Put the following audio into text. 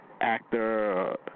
actor